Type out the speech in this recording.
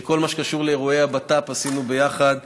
את כל מה שקשור לאירועי הבט"פ עשינו ביחד.